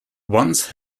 once